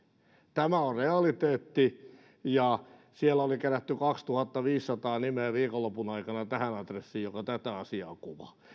tämä on realiteetti ja siellä oli kerätty kaksituhattaviisisataa nimeä viikonlopun aikana adressiin joka tätä asiaa kuvaa